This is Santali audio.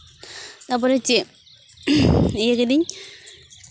ᱛᱟᱨᱯᱚᱨᱮ ᱪᱮᱫ ᱤᱭᱟᱹ ᱠᱤᱫᱤᱧ